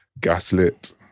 Gaslit